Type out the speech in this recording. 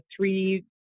three